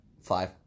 Five